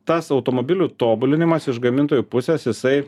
tas automobilių tobulinimas iš gamintojų pusės jisai